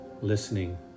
listening